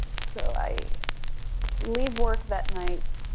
so i leave work that night,